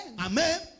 Amen